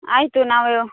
ಆಯಿತು ನಾವು